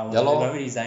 ya lor